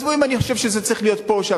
עזבו אם אני חושב שזה צריך להיות פה או שם,